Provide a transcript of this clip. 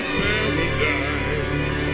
paradise